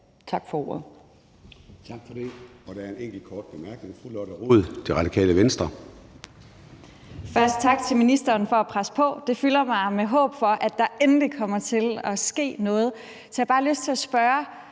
Tak for ordet.